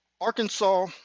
Arkansas